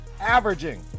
averaging